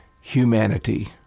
humanity